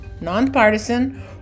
nonpartisan